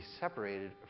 separated